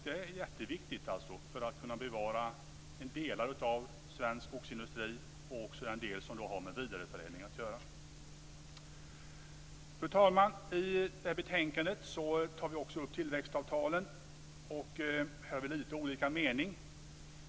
Det är jätteviktigt för att kunna bevara delar av svensk skogsindustri och även den del som har med vidareförädling att göra. Fru talman! I det här betänkandet tar vi också upp tillväxtavtalen. Här har vi lite olika mening.